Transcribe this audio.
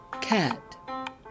cat